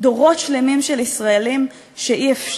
דורות שלמים של ישראלים שאי-אפשר,